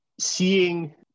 seeing